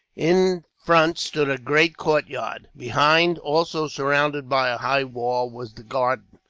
in front stood a great courtyard. behind, also surrounded by a high wall, was the garden.